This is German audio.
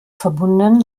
verbunden